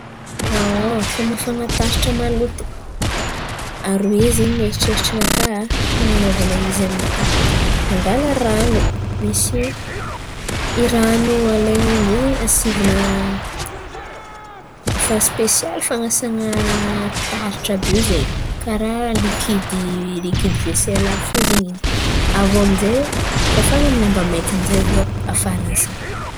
Famafan̈a taratra maloto, aroe zen̈y eritreritry naka fan̈anaovana izy aminaka. Mangàla ran̈o misy, ran̈o alain̈a izy aminzay zen̈y asivan̈a fa spesialy fan̈asana taratra àby io zen̈y karà likidy likidy vaisele fo zen̈y. Avô amin'jay fafan̈a amy ny lamba meky amin'zay avô afaran'zen̈y.